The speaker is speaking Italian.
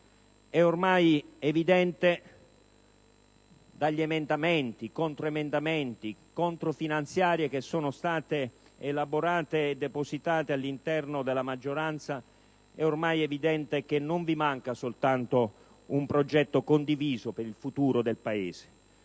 maggioranza, che non vi manca soltanto un progetto condiviso per il futuro del Paese,